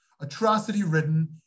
atrocity-ridden